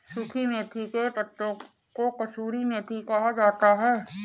सुखी मेथी के पत्तों को कसूरी मेथी कहा जाता है